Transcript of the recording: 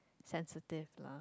sensitive lah